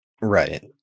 Right